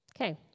Okay